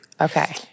Okay